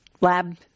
lab